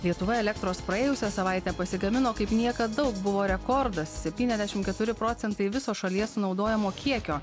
lietuva elektros praėjusią savaitę pasigamino kaip niekad daug buvo rekordas septyniasdešim keturi procentai viso šalies sunaudojamo kiekio